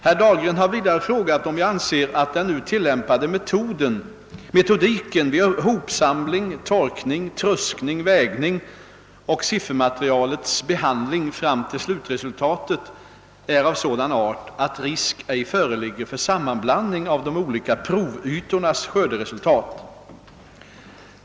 Herr Dahlgren har vidare frågat, om jag anser att den nu tillämpade metodiken vid hopsamling, torkning, tröskning, vägning och siffermaterialets behandling fram till slutresultatet är av sådant art, att risk ej föreligger för sammanblandning av de olika provytornas skörderesultat.